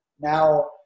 now